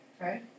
Okay